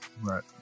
Right